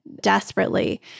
desperately